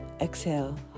exhale